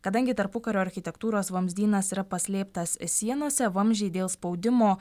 kadangi tarpukario architektūros vamzdynas yra paslėptas sienose vamzdžiai dėl spaudimo